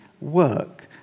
work